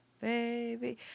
Baby